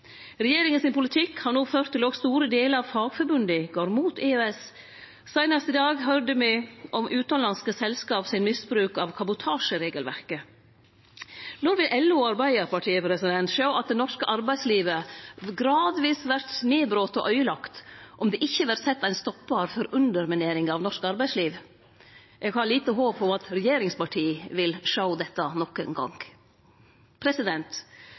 politikk har no ført til at òg store delar av fagforbunda går imot EØS. Seinast i dag høyrde me om utanlandske selskap sin misbruk av kabotasjeregelverket. Når vil LO og Arbeidarpartiet sjå at det norske arbeidslivet gradvis vert nedbrote og øydelagt, om det ikkje vert sett ein stoppar for undermineringa av norsk arbeidsliv? Eg har lite håp om at regjeringspartia vil sjå dette nokon gong.